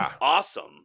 awesome